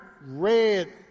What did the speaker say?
Red